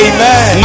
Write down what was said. Amen